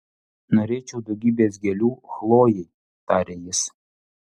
norėčiau daugybės gėlių chlojei tarė jis